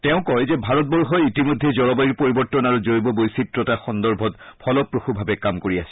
তেওঁ কয় যে ভাৰতবৰ্ষই ইতিমধ্যে জলবায়ু পৰিৱৰ্তন আৰু জৈৱ বিচিত্ৰতা সন্দৰ্ভত ফলপ্ৰসূভাৱে কাম কৰি আছে